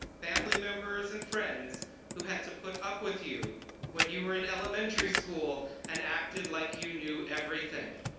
family members, and friends who had to put up with you when you were in elementary school and acted like you knew everything.